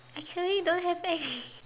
actually don't have eh